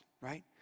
Right